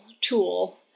tool